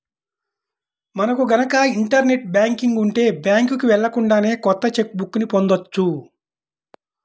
మనకు గనక internet banking ఉంటే బ్యాంకుకి వెళ్ళకుండానే కొత్త చెక్ బుక్ ని పొందవచ్చు